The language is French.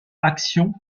action